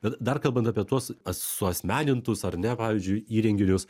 bet dar kalbant apie tuos as suasmenintus ar ne pavyzdžiui įrenginius